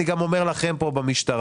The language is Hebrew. אני גם אומר לכם פה במשטרה,